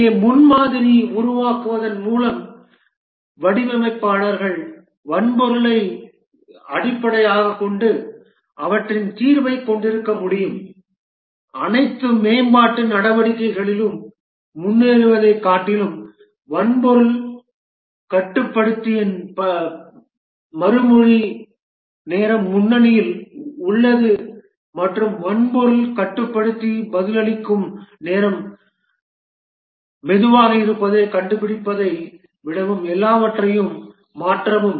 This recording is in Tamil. இங்கே முன்மாதிரியை உருவாக்குவதன் மூலம் வடிவமைப்பாளர்கள் வன்பொருளை அடிப்படையாகக் கொண்டு அவற்றின் தீர்வைக் கொண்டிருக்க முடியும் அனைத்து மேம்பாட்டு நடவடிக்கைகளிலும் முன்னேறுவதைக் காட்டிலும் வன்பொருள் கட்டுப்படுத்தியின் மறுமொழி நேரம் முன்னணியில் உள்ளது மற்றும் வன்பொருள் கட்டுப்படுத்தி பதிலளிக்கும் நேரம் மெதுவாக இருப்பதைக் கண்டுபிடிப்பதை விடவும் எல்லாவற்றையும் மாற்றவும்